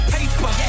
Paper